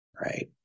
right